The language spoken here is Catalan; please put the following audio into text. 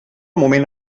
moment